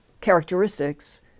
characteristics